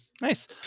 Nice